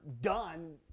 done